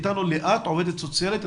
נמצאת אתנו ב-זום ליאת, עובדת סוציאלית.